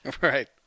right